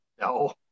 no